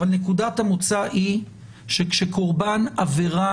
אבל נקודת המוצא היא שכשקורבן עבירה